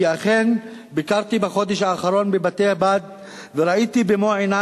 כי אכן ביקרתי בחודש האחרון בבתי-הבד וראיתי במו-עיני